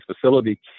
facility